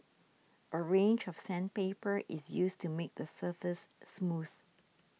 a range of sandpaper is used to make the surface smooth